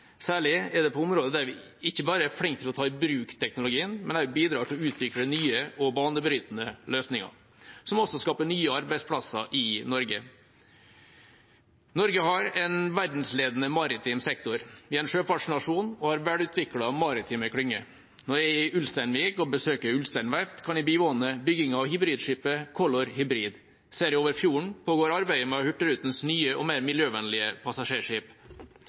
særlig på områder der vi ikke bare er flinke til å ta i bruk teknologien, men også bidrar til å ta i bruk nye og banebrytende løsninger – som også skaper nye arbeidsplasser i Norge. Norge har en verdensledende maritim sektor, vi er en sjøfartsnasjon og har velutviklede maritime klynger. Når jeg er i Ulsteinvik og besøker Ulstein Verft, kan jeg bivåne bygging av hybridskipet Color Hybrid. Ser jeg over fjorden, pågår arbeidet med Hurtigrutens nye og mer miljøvennlige passasjerskip.